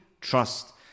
trust